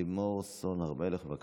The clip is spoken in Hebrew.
לימור סון הר מלך, בבקשה.